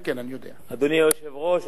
אדוני היושב-ראש,